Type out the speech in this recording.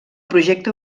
projecte